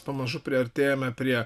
pamažu priartėjome prie